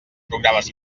programes